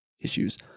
issues